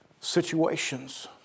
situations